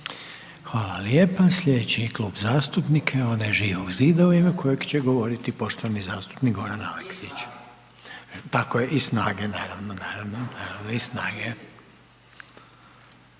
Hvala lijepa. Sljedeći Klub zastupnika je onaj Živog zida u ime kojeg će govoriti poštovani zastupnik Goran Aleksić. …/Upadica Aleksić: